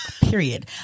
Period